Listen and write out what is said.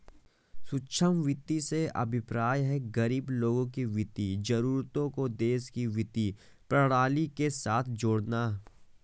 सूक्ष्म वित्त से अभिप्राय है, गरीब लोगों की वित्तीय जरूरतों को देश की वित्तीय प्रणाली के साथ जोड़ना